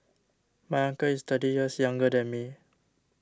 my uncle is thirty years younger than me